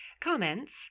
Comments